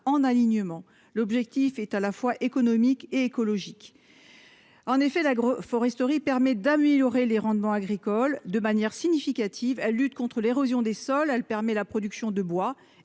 en alignement, l'objectif est à la fois économique et écologique en effet l'agroforesterie permet d'améliorer les rendements agricoles de manière significative à la lutte contre l'érosion des sols, elle permet la production de bois